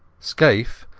scaife,